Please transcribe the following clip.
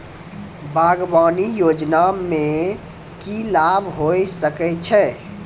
बागवानी योजना मे की लाभ होय सके छै?